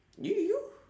you you you